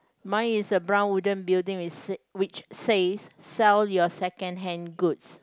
mine is a brown wooden building which say which says sell your secondhand goods